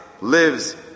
lives